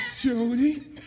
Jody